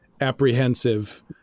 apprehensive